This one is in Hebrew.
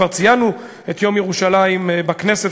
אנחנו כבר ציינו את יום ירושלים בכנסת,